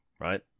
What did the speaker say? right